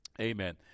Amen